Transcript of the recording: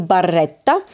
Barretta